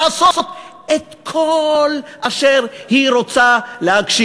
לעשות את כל אשר היא רוצה להגשים.